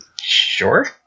Sure